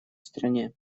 стране